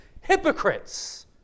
hypocrites